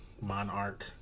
Monarch